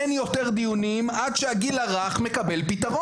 אין יותר דיונים עד שלא מטפלים בנושא של הגיל הרך.